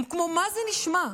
כמו מה זה נשמע?